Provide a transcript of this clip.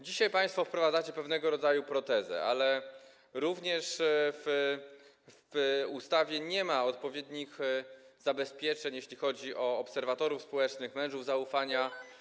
Dzisiaj państwo wprowadzacie pewnego rodzaju protezę, ale w ustawie nie ma odpowiednich zabezpieczeń, jeśli chodzi o obserwatorów społecznych, mężów zaufania.